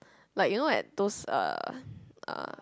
like you know like those uh uh